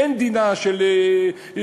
אין דינה של צפת,